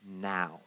now